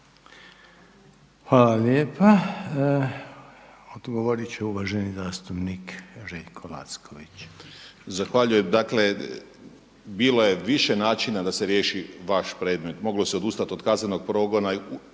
Hvala lijepa. Odgovoriti će uvaženi zastupnik Robert